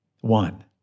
One